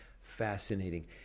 fascinating